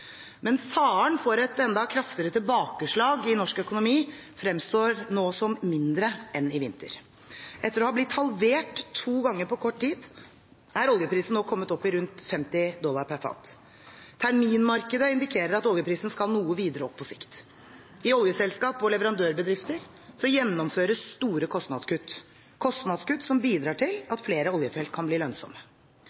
Men faren for et enda kraftigere tilbakeslag i norsk økonomi fremstår nå som mindre enn i vinter. Etter å ha blitt halvert to ganger på kort tid er oljeprisen nå kommet opp i rundt 50 dollar fatet. Terminmarkedet indikerer at oljeprisen skal noe videre opp på sikt. I oljeselskap og leverandørbedrifter gjennomføres store kostnadskutt, kostnadskutt som bidrar til